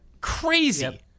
Crazy